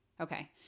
Okay